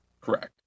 Correct